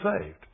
saved